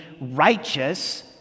righteous